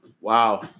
Wow